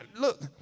look